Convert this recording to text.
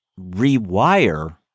rewire